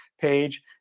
page